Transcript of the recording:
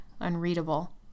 unreadable